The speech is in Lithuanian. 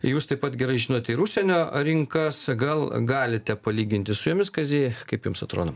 jūs taip pat gerai žinot ir užsienio rinkas gal galite palyginti su jomis kazy kaip jums atrodo